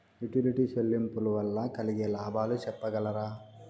Utility చెల్లింపులు వల్ల కలిగే లాభాలు సెప్పగలరా?